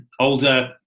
older